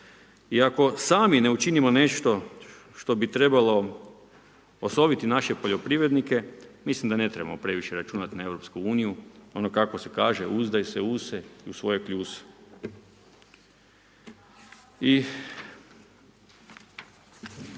i ako sami ne učinimo nešto što bi trebalo osoviti naše poljoprivrednike, mislim da ne trebamo previše računati na EU, ono kako se kaže, „Uzdaj se u se i u svoje kljuse“.